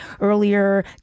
earlier